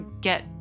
get